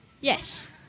Yes